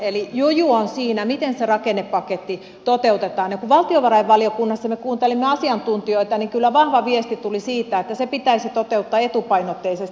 eli juju on siinä miten se rakennepaketti toteutetaan ja kun valtiovarainvaliokunnassa me kuuntelimme asiantuntijoita niin kyllä vahva viesti tuli siitä että se pitäisi toteuttaa etupainotteisesti